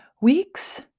weeks